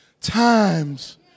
times